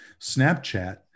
Snapchat